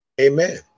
Amen